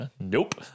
Nope